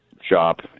shop